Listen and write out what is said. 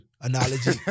analogy